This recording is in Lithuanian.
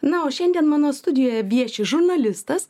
na o šiandien mano studijoje vieši žurnalistas